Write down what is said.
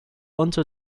until